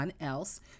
else